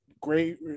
great